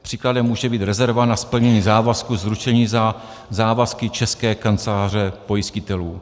Příkladem může být rezerva na splnění závazků z ručení za závazky České kanceláře pojistitelů.